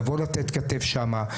לבוא לתת כתף שם,